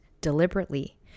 deliberately